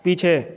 पीछे